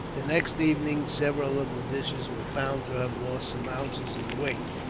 the next evening several of the dishes were found to have lost some ounces in weight.